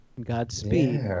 Godspeed